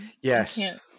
yes